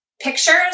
pictures